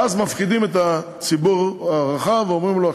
ואז מפחידים את הציבור הרחב ואומרים לו: